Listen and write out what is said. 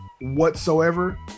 whatsoever